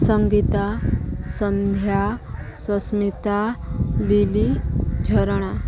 Sangeeta Sandhya Sasmita Lily Jharana